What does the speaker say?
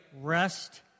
rest